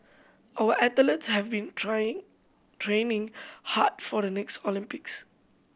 our athletes have been trying training hard for the next Olympics